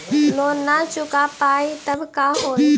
Loan न चुका पाई तब का होई?